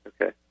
Okay